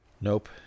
Nope